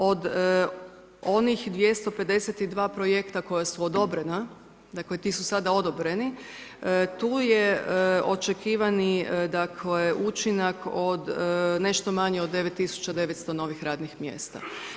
Od onih 252 projekta koja su odobrena, dakle, ti su sada odobreni, tu je očekivani učinak, nešto manje od 9900 novih radnih mjesta.